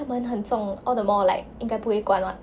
那个门很重 all the more like 应该不会关 [what]